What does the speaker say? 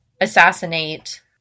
assassinate